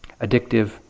addictive